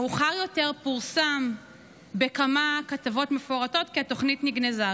מאוחר יותר פורסם בכמה כתבות מפורטות כי התוכנית נגנזה.